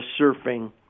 surfing